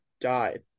died